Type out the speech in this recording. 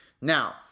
Now